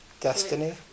Destiny